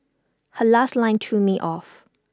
her last line threw me off